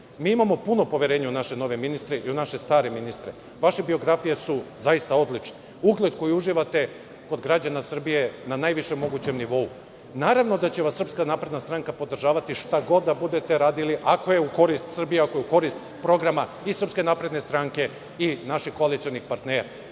Mi imamo puno poverenja u naše nove ministre i u naše stare ministre. Vaše biografije su zaista odlične. Ugled koji uživate kod građana Srbije na najvišem mogućem nivou. Naravno da će vas SNS podržavati šta god da budete radili, ako je u korist Srbije, ako je u korist programa i SNS i naših koalicionih partnera.Za